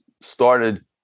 started